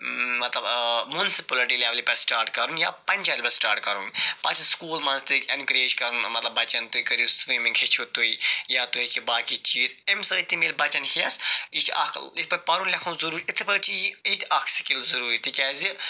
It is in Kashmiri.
مَطلَب مُنسِپلٹی لٮ۪ولہِ پٮ۪ٹھ سٹارٹ کَرُن یا پَنچایتہِ پٮ۪ٹھ سٹارٹ کَرُن پَتہٕ چھِ سُکولَن مَنٛز تہِ ایٚنکَریج کَرُن مَطلَب تُہۍ کٔرِو سِومِنٛگ ہیٚچھِو تُہۍ یا تُہۍ ہیٚکِو باقی چیٖز اَمہِ سۭتۍ تہِ مِلہِ بَچَن ہٮ۪س یہِ چھُ اکھ یِتھ پٲٹھۍ پَرُن لیٚکھُن چھُ ضٔروٗری یِتھَے پٲٹھۍ چھِ یہِ اکھ سکل ضٔروٗری تکیازِ